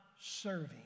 serving